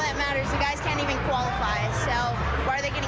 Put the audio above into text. guys can't even qualify. so why are they